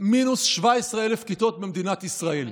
מינוס 17,000 כיתות במדינות ישראל.